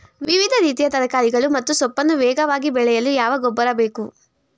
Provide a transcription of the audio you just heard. ವಿವಿಧ ರೀತಿಯ ತರಕಾರಿಗಳು ಮತ್ತು ಸೊಪ್ಪನ್ನು ವೇಗವಾಗಿ ಬೆಳೆಯಲು ಯಾವ ಗೊಬ್ಬರ ಬೇಕು?